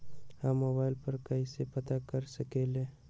हम मोबाइल पर कईसे पता कर सकींले?